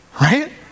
Right